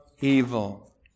evil